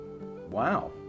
Wow